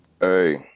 Hey